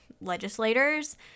legislators